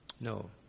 No